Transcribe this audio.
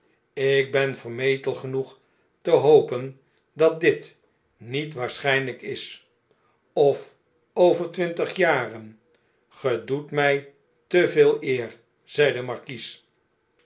ik ben vermetel genoeg te hopen dat dit niet waarschynlijk is of over twintig jaren age doet my te veel eerl zei de markies